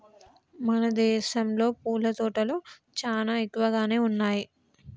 మన దేసంలో పూల తోటలు చానా ఎక్కువగానే ఉన్నయ్యి